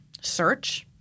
search